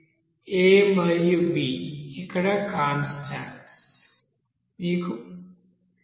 a మరియు b ఇక్కడ constants